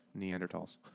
Neanderthals